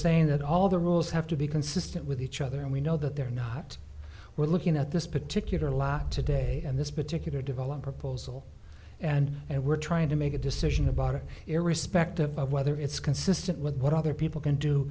saying that all the rules have to be consistent with each other and we know that they're not we're looking at this particular lot today and this particular developed proposal and and we're trying to make a decision about it irrespective of whether it's consistent with what other people can do